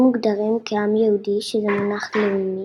היהודים מוגדרים כ"עם יהודי" שזה מונח לאומי.